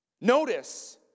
Notice